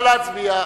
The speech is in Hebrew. נא להצביע.